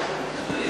טוב,